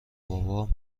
بابام